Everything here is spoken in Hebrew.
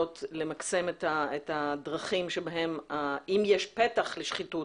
למקסם את הדרכים שבהן אם יש פתח לשחיתות,